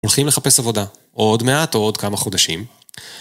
הולכים לחפש עבודה או עוד מעט או עוד כמה חודשים.